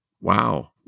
wow